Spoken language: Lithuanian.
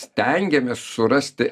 stengiamės surasti